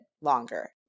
longer